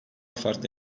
farklı